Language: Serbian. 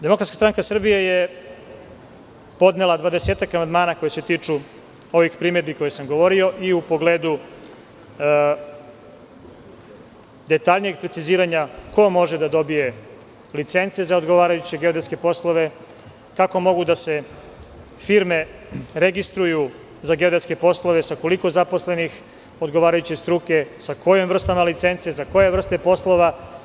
Demokratska stranka Srbije je podnela dvadesetak amandmana koji se tiču ovih primedbi o kojima sam govorio i u pogledu detaljnijeg preciziranja ko može da dobije licence za odgovarajuće geodetske poslove, kako mogu da se firme registruju za geodetske poslove, sa koliko zaposlenih odgovarajuće struke, sa kojim vrstama licence, za koje vrste poslova.